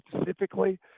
specifically